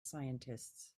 scientists